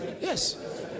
Yes